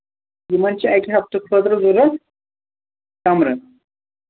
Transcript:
یِمن چھَ اِکہِ ہفتہٕ خٲطرٕ ضروٗرت کَمرٕ